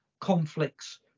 conflicts